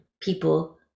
people